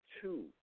Two